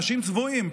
אנשים צבועים.